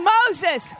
Moses